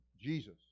Jesus